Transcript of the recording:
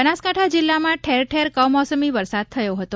બનાસકાંઠા જિલ્લામાં ઠેર ઠેર કમોસમા વરસાદ થયો હતો